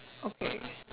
okay